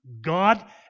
God